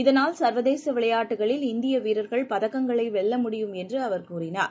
இதனால் சர்வதேசவிளையாட்டுக்களில் இந்தியவீரர்கள் பதக்கங்களைவெல்ல முடியும் என்றுஅவர் கூறினார்